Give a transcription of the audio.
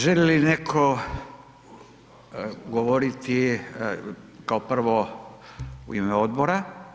Želi li netko govoriti kao prvo u ime odbora?